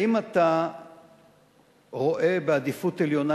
האם אתה רואה בעדיפות עליונה,